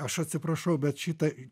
aš atsiprašau bet šita